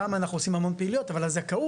בחמ"ע אנחנו עושים המון פעילויות אבל הזכאות